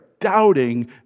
doubting